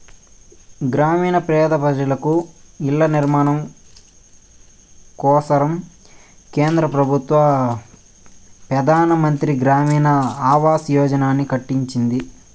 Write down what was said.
గ్రామీణ పేద పెజలకు ఇల్ల నిర్మాణం కోసరం కేంద్ర పెబుత్వ పెదానమంత్రి గ్రామీణ ఆవాస్ యోజనని ప్రకటించింది